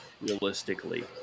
realistically